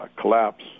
Collapse